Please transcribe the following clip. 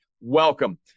welcome